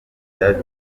byaje